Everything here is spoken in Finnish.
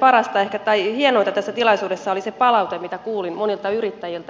parasta tai hienointa tässä tilaisuudessa oli se palaute mitä kuulin monilta yrittäjiltä